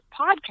podcast